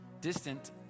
distant